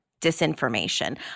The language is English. disinformation